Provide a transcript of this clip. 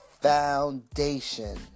foundation